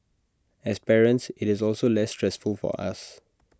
as parents IT is also less stressful for us